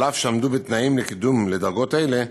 אף שעמדו בתנאים לקידום לדרגות האלה,